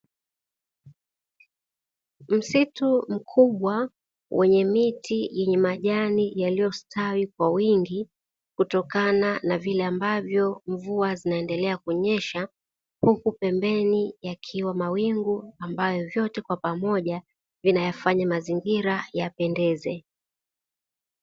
Msitu mkubwa wenye miti yenye majani yaliyostawi kwa wingi kutokana na vile ambavyo mvua zinaendelea kunyesha huku pembeni yakiwa mawingu ambayo vyote kwa pamoja vinayafanya mazingira yapendeza.